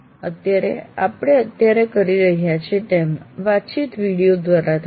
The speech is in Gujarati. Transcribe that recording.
અત્યારે આપણે અત્યારે કરી રહ્યા છીએ તેમ વાતચીત વિડિયો દ્વારા થાય છે